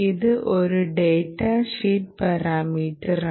ഇത് ഒരു data sheet പാരാമീറ്ററാണ്